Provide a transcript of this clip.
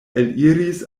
eliris